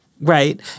right